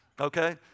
okay